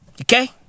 Okay